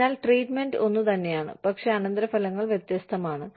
അതിനാൽ ട്രീറ്റ്മൻറ്റ് ഒന്നുതന്നെയാണ് പക്ഷേ അനന്തരഫലങ്ങൾ വ്യത്യസ്തമാണ്